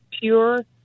Pure